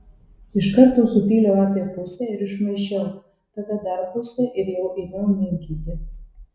iš karto supyliau apie pusę ir išmaišiau tada dar pusę ir jau ėmiau minkyti